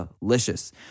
delicious